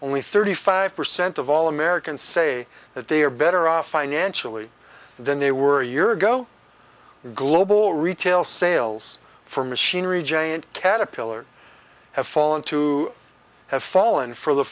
we thirty five percent of all americans say that they are better off financially than they were a year ago global retail sales for machinery giant caterpillar have fallen to have fallen for the